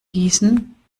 gießen